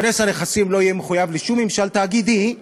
כונס הנכסים לא יהיה מחויב לשום ממשל תאגידי,